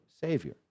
savior